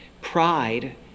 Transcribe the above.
pride